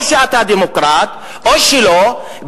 או שאתה דמוקרט או שלא,